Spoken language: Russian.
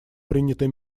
приняты